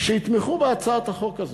שיתמכו בהצעת החוק הזאת,